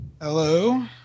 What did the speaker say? Hello